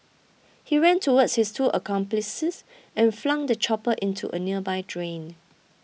he ran towards his two accomplices and flung the chopper into a nearby drain